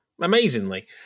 Amazingly